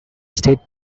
state